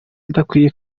adakwiye